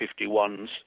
51s